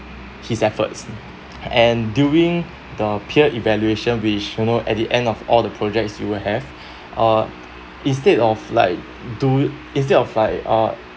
his efforts and during the peer evaluation which you know at the end of all the projects you will have uh instead of like do instead of like uh